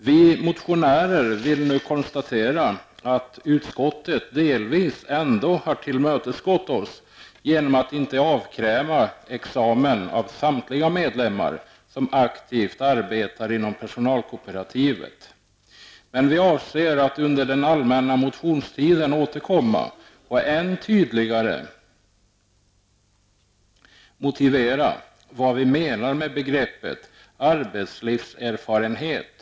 Vi motionärer konstaterar emellertid att utskottet ändå delvis har tillmötesgått oss, eftersom det inte krävs examen av samtliga medlemmar som aktivt arbetar inom personalkooperativet. Vi avser emellertid att under den allmänna motionstiden återkomma och än tydligare motivera vad vi menar med begreppet arbetslivserfarenhet.